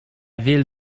ville